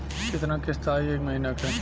कितना किस्त आई एक महीना के?